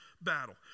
battle